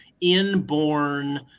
inborn